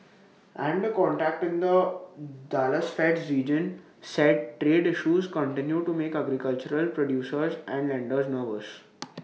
and A contact in the Dallas Fed's region said trade issues continue to make agricultural producers and lenders nervous